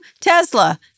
Tesla